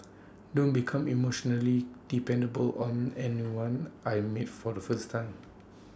don't become emotionally dependable on anyone I meet for the first time